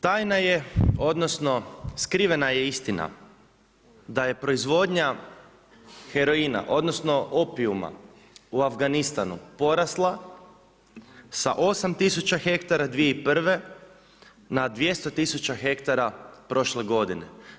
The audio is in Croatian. Tajna je, odnosno skrivena je istina da je proizvodnja heroina, odnosno opijuma u Afganistanu porasla sa 8 tisuća hektara 2001. na 200 tisuća hektara prošle godine.